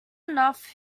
enough